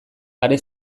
are